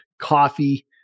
coffee